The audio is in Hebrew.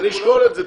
אני אשקול את זה.